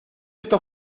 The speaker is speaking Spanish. esto